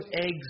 eggs